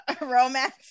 romance